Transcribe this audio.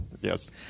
yes